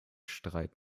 streit